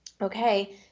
okay